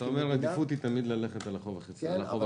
כלומר העדיפות היא תמיד ללכת על החוב הפנימי.